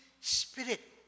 Spirit